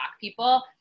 people